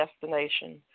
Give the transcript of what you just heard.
destination